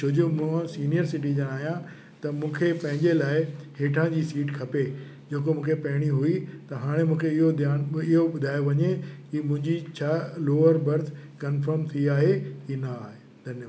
छो जो मां सीनियर सिटीजन आहियां त मूंखे पंहिंजे लाइ हेठां जी सीट खपे जेको मूंखे पहिरीं हुई त हाणे मूंखे इहो ध्यानु को इहो ॿुधायो वञे कि मुंहिंजी छा लोअर बर्थ कंफर्म थी आहे कि न आहे धन्यवाद